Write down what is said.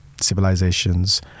civilizations